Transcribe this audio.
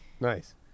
Nice